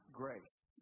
grace